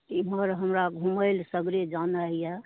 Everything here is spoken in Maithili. इमहर हमरा घुमै लए सगरे जेनाइ हइ